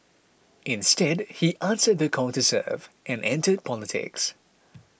instead he answered the call to serve and entered politics